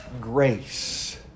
grace